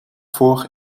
voor